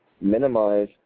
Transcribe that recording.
minimize